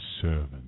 servant